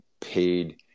paid